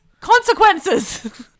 consequences